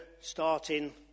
starting